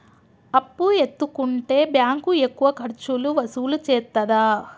అప్పు ఎత్తుకుంటే బ్యాంకు ఎక్కువ ఖర్చులు వసూలు చేత్తదా?